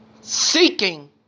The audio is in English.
seeking